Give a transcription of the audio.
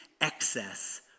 excess